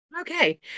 Okay